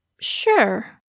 sure